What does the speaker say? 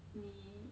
你